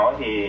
thì